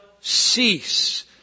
cease